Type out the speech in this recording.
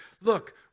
look